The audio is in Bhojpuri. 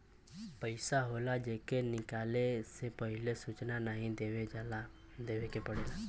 पइसा होला जे के निकाले से पहिले सूचना नाही देवे के पड़ेला